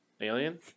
Alien